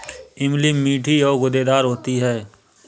इमली मीठी और गूदेदार होती है